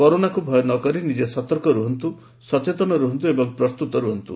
କରୋନାକୁ ଭୟ ନକରି ନିଜେ ସତର୍କ ରୁହନ୍ତୁ ସଚେତନ ରୁହନ୍ତୁ ଏବଂ ପ୍ରସ୍ତୁତ ରୁହନ୍ତୁ